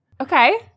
Okay